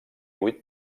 vuit